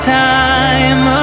time